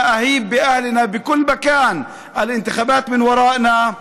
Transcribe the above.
אני מבטיח לכל בני עמנו בכל מקום שהבחירות מאחורינו.